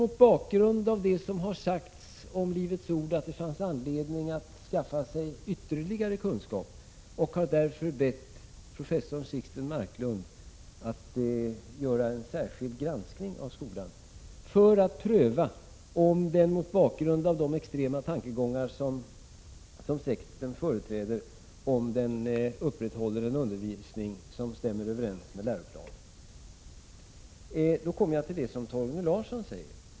Mot bakgrund av det som har sagts om Livets ord har jag ändå tyckt att det fanns anledning att det skaffa sig ytterligare kunskap, och jag har därför bett professor Sixten Marklund att göra en särskild granskning av skolan för att pröva om den, mot bakgrund av de extrema tankegångar som sekten företräder, upprätthåller en undervisning som stämmer överens med läroplanen. Då kommer jag in på det som Torgny Larsson sade.